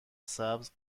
سبز